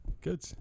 Good